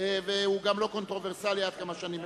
גם לא קונטרוברסלי.